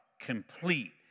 complete